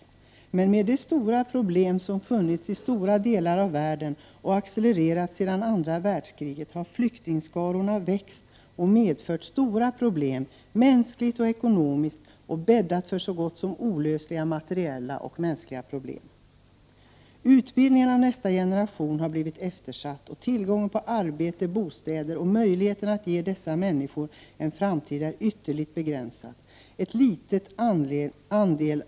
Men i och med de stora problem som funnits i stora delar av världen och som accelererat sedan andra världskriget har flyktingskarorna växt och medfört stora bekymmer, mänskligt och ekonomiskt. Dessutom har detta bäddat för så gott som olösliga materiella och mänskliga problem. Utbildningen av nästa generation har blivit eftersatt. Tillgången på arbete Prot. 1988/89:125 och bostäder samt möjligheten att ge dessa människor en framtid är ytterligt 31 maj 1989 begränsade.